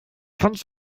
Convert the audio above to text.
kannst